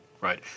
Right